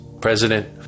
president